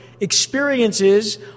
experiences